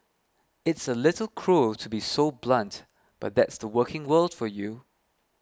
it's a little cruel to be so blunt but that's the working world for you